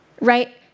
right